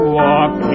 walk